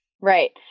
Right